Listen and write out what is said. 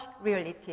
reality